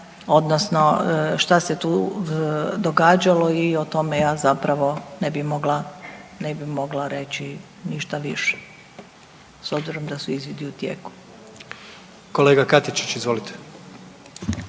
odnosno šta se tu događalo i o tome ja zapravo ne bi mogla, ne bi mogla reći ništa više s obzirom da su izvidi u tijeku. **Jandroković, Gordan